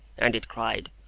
and it cried,